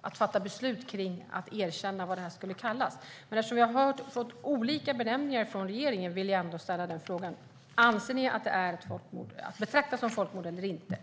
att fatta beslut om vad det här skulle kallas. Eftersom vi har hört olika benämningar från regeringen vill jag ändå ställa frågan: Anser ni att det är att betrakta som folkmord eller inte?